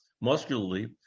muscularly